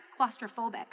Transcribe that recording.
claustrophobic